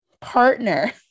partner